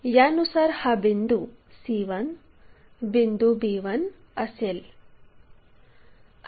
यानुसार हा बिंदू c1 बिंदू b1 असेल